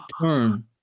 turn